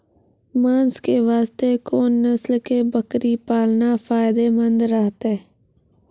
मांस के वास्ते कोंन नस्ल के बकरी पालना फायदे मंद रहतै?